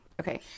Okay